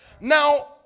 Now